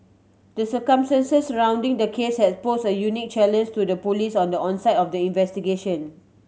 the circumstances surrounding the case has pose a unique to the Police on the onset of the investigation